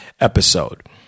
episode